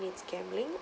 it's gambling